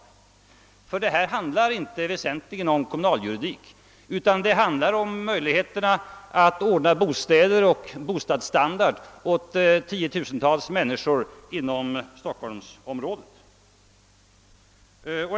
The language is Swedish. Det handlar nämligen här inte väsentligen om kommunaljuridik, utan om möjligheterna att ordna bostäder åt tiotusentals människor inom Stockholmsområdet.